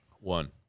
One